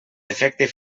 defecte